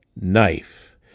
knife